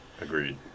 Agreed